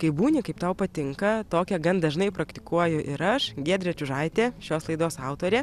kai būni kaip tau patinka tokią gan dažnai praktikuoju ir aš giedrė čiužaitė šios laidos autorė